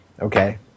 okay